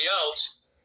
else